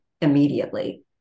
immediately